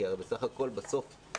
כי הרי בסך הכול בסוף,